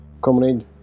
Comrade